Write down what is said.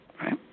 Right